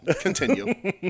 Continue